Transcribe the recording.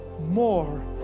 more